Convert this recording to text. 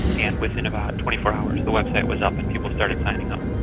and within about twenty four hours the website was up and people started signing up.